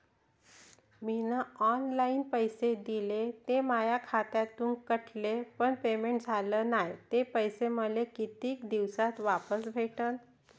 मीन online पैसे दिले, ते माया खात्यातून कटले, पण पेमेंट झाल नायं, ते पैसे मले कितीक दिवसात वापस भेटन?